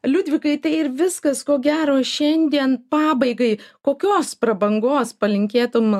liudvikai tai ir viskas ko gero šiandien pabaigai kokios prabangos palinkėtum